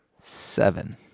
Seven